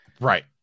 Right